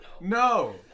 no